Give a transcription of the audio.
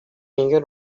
engel